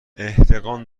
احتقان